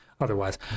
Otherwise